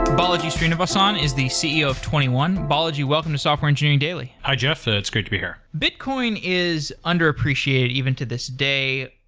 balaji srinivasan is the ceo of twenty one. balaji, welcome to software engineering daily hi jeff, ah it's great to be here bitcoin is under appreciated even to this day.